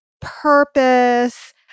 purpose